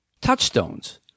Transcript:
touchstones